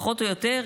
פחות או יותר,